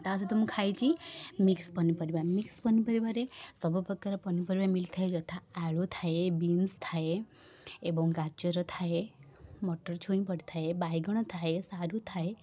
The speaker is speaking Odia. ତା' ସହିତ ମୁଁ ଖାଇଛି ମିକ୍ସ ପନିପରିବା ମିକ୍ସ ପନିପରିବାରେ ସବୁପ୍ରକାର ପନିପରିବା ମିଳିଥାଏ ଯଥା ଆଳୁ ଥାଏ ବିନସ୍ ଥାଏ ଏବଂ ଗାଜର ଥାଏ ମଟର ଛୁଇଁ ପଡ଼ିଥାଏ ବାଇଗଣ ଥାଏ ସାରୁ ଥାଏ